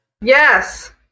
Yes